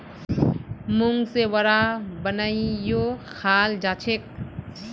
मूंग से वड़ा बनएयों खाल जाछेक